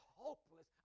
hopeless